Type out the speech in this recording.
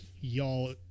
y'all